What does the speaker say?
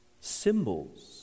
symbols